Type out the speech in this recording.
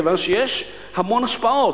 כיוון שיש המון השפעות,